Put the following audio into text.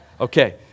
Okay